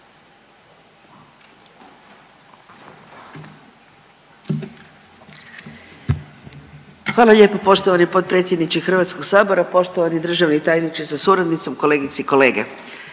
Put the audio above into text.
Hvala lijepa. Poštovani potpredsjedniče HS-a, poštovani državni tajniče sa suradnicom, kolegice i kolege.